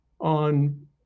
on